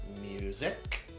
music